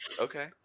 Okay